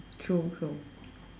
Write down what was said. true true